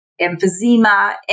emphysema